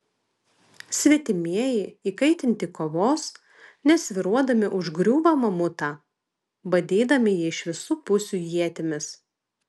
svetimieji įkaitinti kovos nesvyruodami užgriūva mamutą badydami jį iš visų pusių ietimis